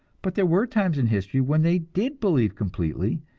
but there were times in history when they did believe completely,